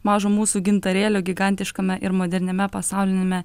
mažo mūsų gintarėlio gigantiškame ir moderniame pasauliniame